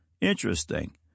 Interesting